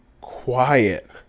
quiet